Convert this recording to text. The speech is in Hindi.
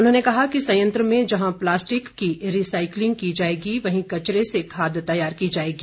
उन्होंने कहा कि संयंत्र में जहां प्लास्टिक की री साईकलिंग की जाएगी वहीं कचरे से खाद तैयार की जाएगी